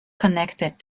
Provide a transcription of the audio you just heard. connected